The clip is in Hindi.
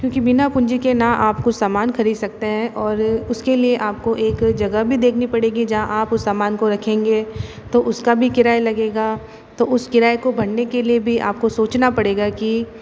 क्योंकि बिना पूंजी के ना आप कुछ सामान खरीद सकते हैं और उसके लिए आपको एक जगह भी देखनी पड़ेगी जहाँ आप उस सामान को रखेंगे तो उसका भी किराया लगेगा तो उस किराए को भरने के लिए भी आपको सोचना पड़ेगा कि